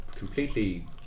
completely